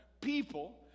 people